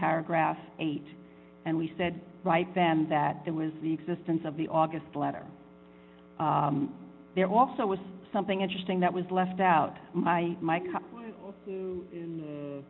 paragraph eight and we said write them that there was the existence of the august letter there also was something interesting that was left out my m